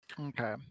Okay